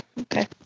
Okay